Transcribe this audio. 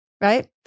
right